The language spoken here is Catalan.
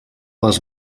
les